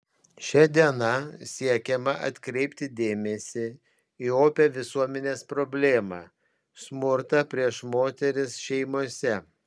šia diena siekiama atkreipti dėmesį į opią visuomenės problemą smurtą prieš moteris šeimose